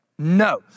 No